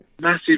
Massive